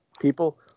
people